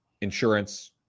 insurance